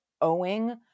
owing